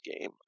game